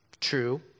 true